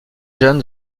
jeune